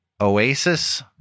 Oasis